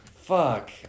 Fuck